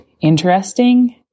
interesting